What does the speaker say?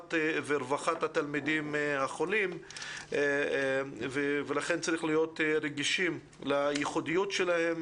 טובת ורווחת התלמידים החולים ולכן צריכים להיות רגישים לייחודיות שלהם